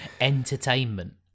Entertainment